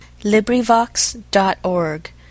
LibriVox.org